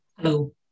Hello